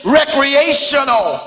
recreational